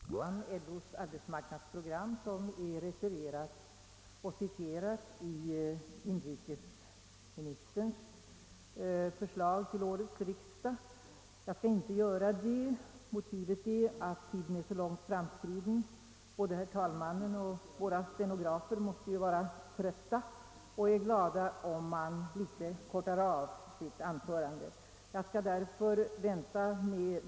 Herr talman! Jag hade tänkt att i mitt anförande något beröra LO:s arbetsmarknadsprogram, som är refererat och citerat i inrikesministerns förslag till årets riksdag. Jag skall inte göra det eftersom tiden är så långt framskriden — både herr talmannen och våra stenografer måste ju vara trötta efter en så lång arbetsdag och är säkert glada om man litet grand kortar av sitt anförande.